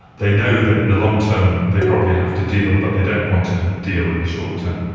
they know that in the long term they probably have to deal but they don't want to deal in the short term.